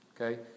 Okay